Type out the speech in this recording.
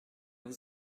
vous